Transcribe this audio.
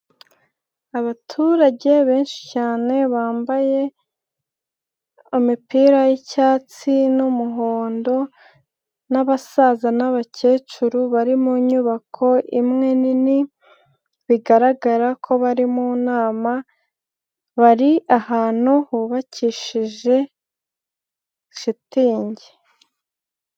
Abaturage benshi cyane, bambaye imipira y'icyatsi n'umuhondo n'abasaza n'abakecuru bari mu nyubako imwe nini bigaragara ko bari mu nama, bari ahantu hubakishije shitingi.